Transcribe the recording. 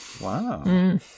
wow